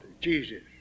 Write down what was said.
Jesus